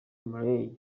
murray